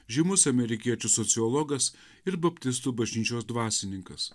žymus amerikiečių sociologas ir baptistų bažnyčios dvasininkas